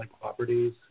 properties